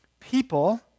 People